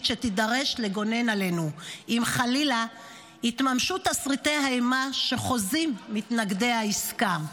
שתידרש לגונן עלינו אם חלילה יתממשו תסריטי האימה שחוזים מתנגדי העסקה.